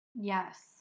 yes